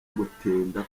gutinda